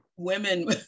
Women